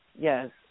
yes